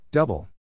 Double